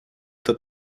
это